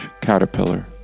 caterpillar